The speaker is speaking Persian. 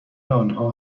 آنها